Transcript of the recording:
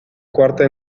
cuarta